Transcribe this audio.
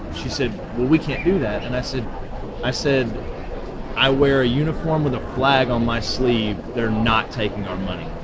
well, we can't do that. and i said i said i wear a uniform with a flag on my sleeve. they're not taking our money.